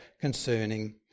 concerning